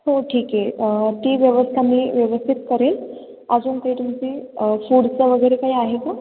हो ठीक आहे ती व्यवस्था मी व्यवस्थित करेन अजून ते तुमची फूडचं वगैरे काही आहे का